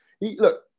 Look